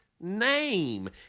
name